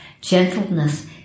Gentleness